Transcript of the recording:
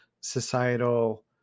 societal